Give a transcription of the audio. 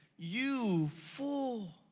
you fool.